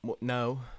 No